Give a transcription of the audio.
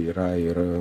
yra ir